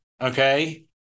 Okay